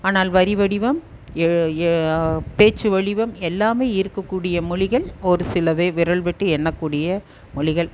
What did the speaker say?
ஆனால் வரி வடிவம் எழ் எ பேச்சு வடிவம் எல்லாமே இருக்குக்கூடிய மொழிகள் ஒரு சிலவே விரல் விட்டு என்னக்கூடிய மொழிகள்